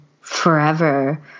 forever